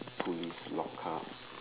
police lock up